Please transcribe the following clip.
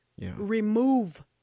Remove